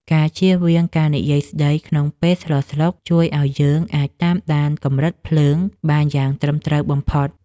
ការជៀសវាងការនិយាយស្តីក្នុងពេលស្លស្លុកជួយឱ្យយើងអាចតាមដានកម្រិតភ្លើងបានយ៉ាងត្រឹមត្រូវបំផុត។